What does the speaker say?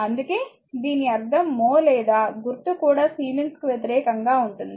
అందుకే దీని అర్థం mho లేదా గుర్తు కూడా సిమెన్స్కు వ్యతిరేకంగా ఉంటుంది